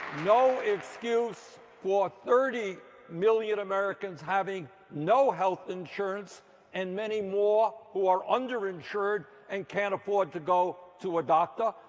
no excuse for thirty million americans having no health insurance and many more who are under insured and can't afford to two to a doctor.